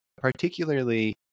particularly